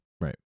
right